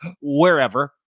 wherever